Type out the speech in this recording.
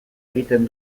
egiten